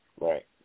Right